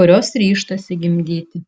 kurios ryžtasi gimdyti